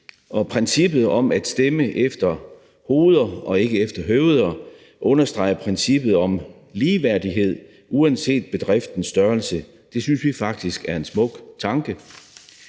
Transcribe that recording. og princippet om at stemme efter hoveder og ikke efter høveder understreger princippet om ligeværdighed uanset bedriftens størrelse. Det synes vi faktisk er en smuk tanke,